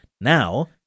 now